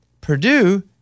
Purdue